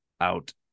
out-